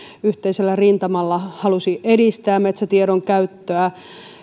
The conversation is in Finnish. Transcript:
yhteisellä rintamalla halusi edistää metsätiedon käyttöä